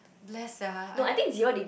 bless sia I really